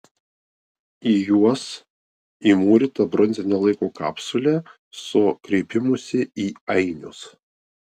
į juos įmūryta bronzinė laiko kapsulė su kreipimusi į ainius